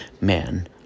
man